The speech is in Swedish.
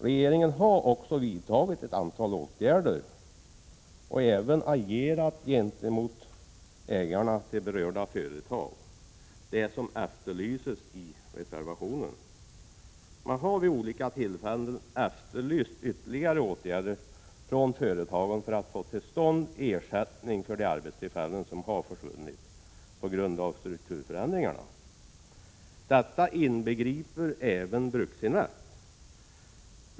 Regeringen har också vidtagit ett antal åtgärder och även agerat gentemot ägarna till berörda företag — det som efterlyses i reservationen. Man har vid olika tillfällen efterlyst ytterligare åtgärder från företagen för att få till stånd ersättning för de arbetstillfällen som försvunnit på grund av strukturförändringarna. Detta inbegriper även Bruksinvest.